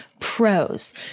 pros